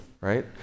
right